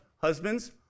Husbands